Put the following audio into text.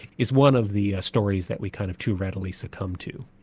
is one of the stories that we kind of too readily succumb to.